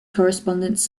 correspondence